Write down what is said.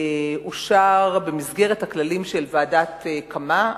אושר במסגרת הכללים של ועדת-קמא,